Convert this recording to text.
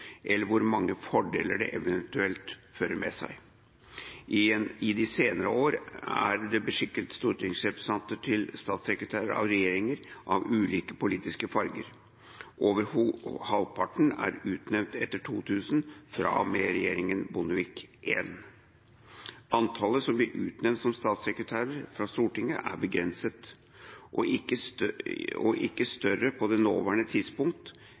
eller hvor mange fordeler det eventuelt fører med seg. I de senere år er det beskikket stortingsrepresentanter til statssekretærer av regjeringer av ulik politisk farge. Over halvparten er utnevnt etter 2000, fra og med regjeringa Bondevik I. Antallet som blir utnevnt som statssekretærer fra Stortinget, er begrenset og ikke større på det nåværende tidspunkt